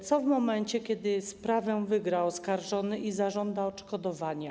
Co w momencie, kiedy sprawę wygra oskarżony i zażąda odszkodowania?